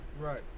right